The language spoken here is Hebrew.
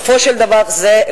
בסופו של דבר זה,